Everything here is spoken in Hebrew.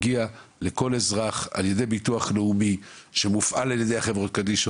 לכל אזרח מגיע על ידי ביטוח לאומי שמופעל על ידי חברות קדישא